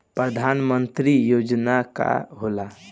परधान मंतरी योजना का होला?